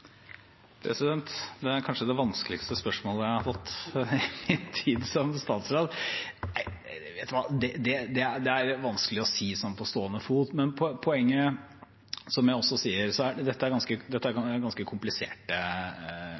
Det er kanskje det vanskeligste spørsmålet jeg har fått i min tid som statsråd. Det er vanskelig å si sånn på stående fot. Dette er ganske kompliserte spørsmål, og det er alle pensjonsspørsmål. Det innebærer jo både budsjettmessige og regelmessige vurderinger pluss selvfølgelig det som jo er aller viktigst, fremskrivningene, der man er